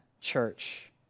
church